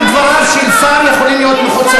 גם דבריו של שר יכולים להיות מחוצפים.